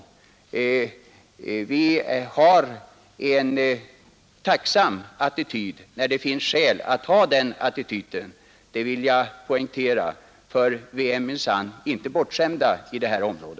Jag vill poängtera att vi har en tacksam attityd när det finns skäl att ha den attityden, ty vi är minsann inte bortskämda i detta område.